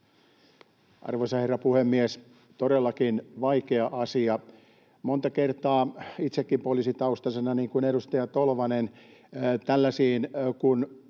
Arvoisa herra puhemies! Todellakin vaikea asia. Monta kertaa itsekin poliisitaustaisena — niin kuin edustaja Tolvanen — olen